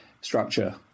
structure